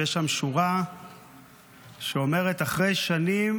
יש שם שורה שאומרת: "אחרי שנים